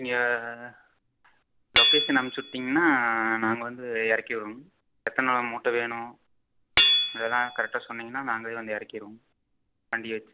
நீங்கள் லொக்கேஷன் அனுப்பிச்சுட்டீங்கன்னா நாங்கள் வந்து இறக்கி விடுவோங்க எத்தனை மூட்டை வேணும் இதெல்லாம் கரெக்டாக சொன்னிங்கன்னால் நாங்களே வந்து இறக்கிருவோம் வண்டி வைச்சு